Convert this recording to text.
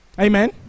amen